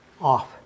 off